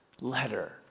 letter